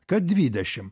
kad dvidešim